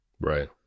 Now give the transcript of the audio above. Right